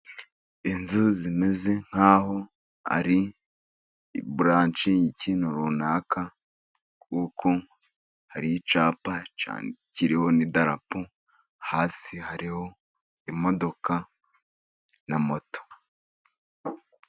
Inzu zimeze nkaho ari i buranshe y'ikintu runaka, kuko hariho icyapa kiriho n'idarapo, hasi hariho imodoka na moto.